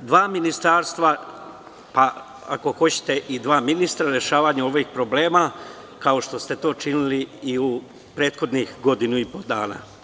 dva ministarstva, pa ako hoćete i dva ministra, rešavanje ovih problema, kao što ste to činili i prethodnih godinu i po dana.